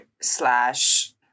slash